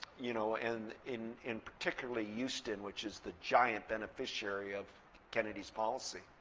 you know and in in particularly houston, which is the giant beneficiary of kennedy's policy.